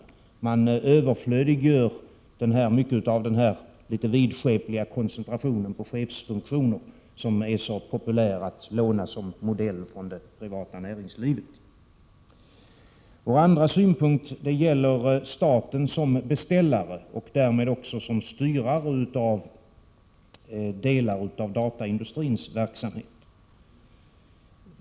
Man överflödiggör mycket av den vidskepliga koncentrationen på chefsfunktionen som är så populär att låna som modell från det privata näringslivet. Vår andra synpunkt gäller staten som beställare och därmed också som styrare av delar av dataindustrins verksamhet.